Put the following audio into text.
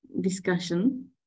discussion